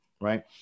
right